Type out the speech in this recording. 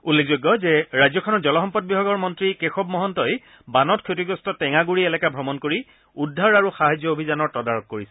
উল্লেখযোগ্য যে ৰাজ্যখনৰ জলসম্পদ বিভাগৰ মন্ত্ৰী কেশৱ মহন্তই বানত ক্ষতিগ্ৰস্ত টেঙাগুৰি এলেকা ভ্ৰমণ কৰি উদ্ধাৰ আৰু সাহায্য অভিযানৰ তদাৰক কৰিছে